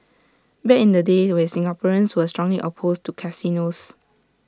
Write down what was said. back in the day with Singaporeans were strongly opposed to casinos